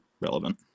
relevant